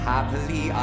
Happily